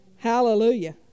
Hallelujah